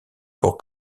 pour